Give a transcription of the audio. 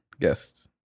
Guests